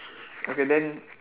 okay then